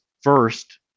first